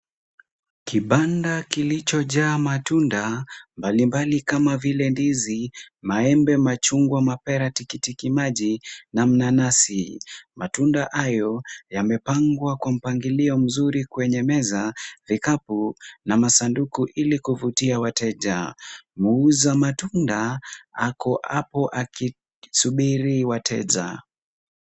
Kibanda kilichojaa matunda mbalimbali kama vile ndizi, maembe, machungwa, mapera, tikiti maji na mnanasi. Matunda yamepangwa kwa mpangilio mzuri kwenye meza, vikapu na masanduku ili kuvutia wateja. Muuza matunda ako apo akisubiri wateja.